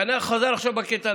כנ"ל, זה חוזר עכשיו בקייטנה.